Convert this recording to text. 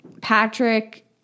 Patrick